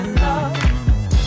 love